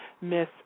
Miss